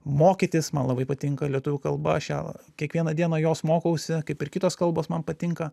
mokytis man labai patinka lietuvių kalba aš ją kiekvieną dieną jos mokausi kaip ir kitos kalbos man patinka